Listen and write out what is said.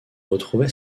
retrouver